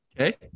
okay